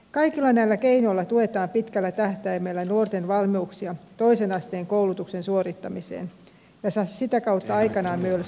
kaikilla näillä keinoilla tuetaan pitkällä tähtäimellä nuorten valmiuksia toisen asteen koulutuksen suorittamiseen ja sitä kautta aikanaan myös työllistymiseen